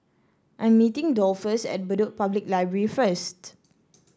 I'm meeting Dolphus at Bedok Public Library first